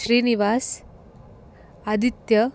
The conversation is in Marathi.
श्रीनिवास आदित्य